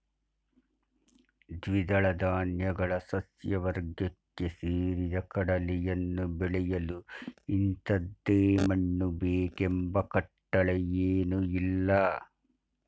ದ್ವಿದಳ ಧಾನ್ಯಗಳ ಸಸ್ಯವರ್ಗಕ್ಕೆ ಸೇರಿದ ಕಡಲೆಯನ್ನು ಬೆಳೆಯಲು ಇಂಥದೇ ಮಣ್ಣು ಬೇಕೆಂಬ ಕಟ್ಟಳೆಯೇನೂಇಲ್ಲ